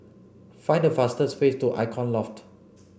find the fastest way to Icon Loft